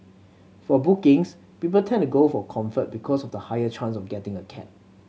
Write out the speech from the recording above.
for bookings people tend to go for Comfort because of the higher chance of getting a cab